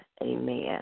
Amen